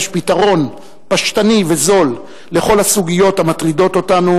פתרון פשטני וזול לכל הסוגיות המטרידות אותנו,